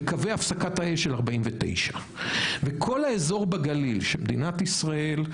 ואת קווי הפסקת האש של 1949. וכל האזור בגליל שמדינת ישראל,